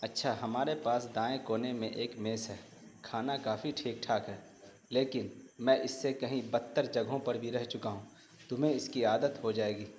اچھا ہمارے پاس دائیں کونے میں ایک میز ہے کھانا کافی ٹھیک ٹھاک ہے لیکن میں اس سے کہیں بدتر جگہوں پر بھی رہ چکا ہوں تمہیں اس کی عادت ہو جائے گی